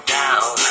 down